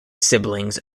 siblings